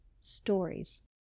stories